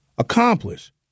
accomplish